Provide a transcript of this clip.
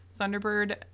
Thunderbird